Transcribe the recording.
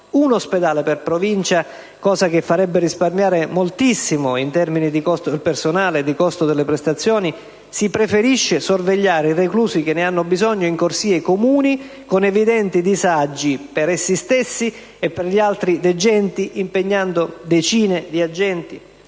un ospedale per provincia (cosa che farebbe risparmiare moltissimo in termini di costo del personale e di costo delle prestazioni), si preferisce sorvegliare i reclusi che ne hanno bisogno in corsie comuni con evidenti disagi per essi stessi e per gli altri degenti, impegnando decine di agenti?